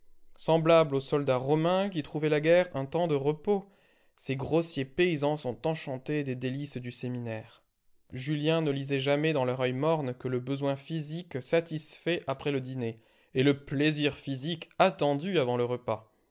semblables aux soldats romains qui trouvaient la guerre un temps de repos ces grossiers paysans sont enchantés des délices du séminaire julien ne lisait jamais dans leur oeil morne que le besoin physique satisfait après le dîner et le plaisir physique attendu avant le repas